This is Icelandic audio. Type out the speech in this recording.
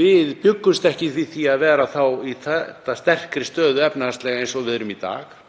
við bjuggumst ekki við því að vera þá í jafn sterkri stöðu efnahagslega og við erum í dag.